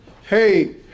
Hey